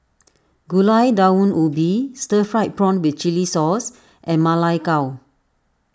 Gulai Daun Ubi Stir Fried Prawn with Chili Sauce and Ma Lai Gao